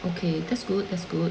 okay that's good that's good